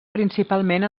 principalment